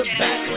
back